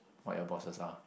what your bosses are